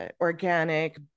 organic